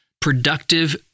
productive